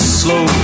slow